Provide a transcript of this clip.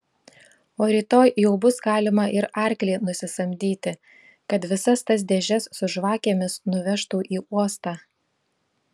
o rytoj jau bus galima ir arklį nusisamdyti kad visas tas dėžes su žvakėmis nuvežtų į uostą